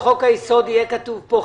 יהיה כתוב פה.